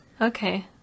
Okay